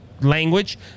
language